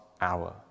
hour